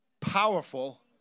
Powerful